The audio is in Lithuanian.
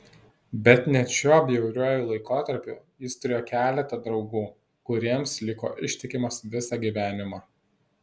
bet net šiuo bjauriuoju laikotarpiu jis turėjo keletą draugų kuriems liko ištikimas visą gyvenimą